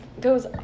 goes